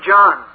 John